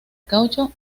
caucho